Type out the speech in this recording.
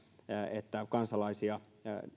että kansalaisia